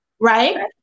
Right